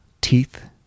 teeth